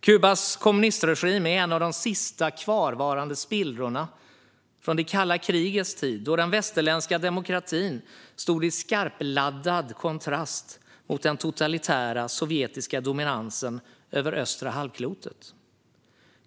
Kubas kommunistregim är en av de sista kvarvarande spillrorna från det kalla krigets tid, då den västerländska demokratin stod i skarpladdad kontrast till den totalitära sovjetiska dominansen över östra halvklotet.